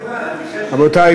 לא הבנתי,